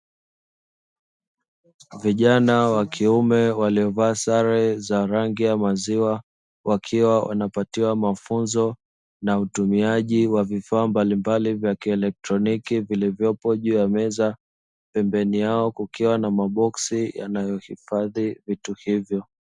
Vijana wakiume waliyovaa sare za rangi ya maziwa, wakiwa wanapatiwa mafunzo na utumiaji wa vifaa mbalimbali vya kielektroniki vilivyopo juu ya meza pembeni yao kukiwa na maboksi yanayohifadhi vitu hivyo.